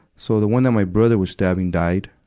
so, the one that my brother was stabbing died.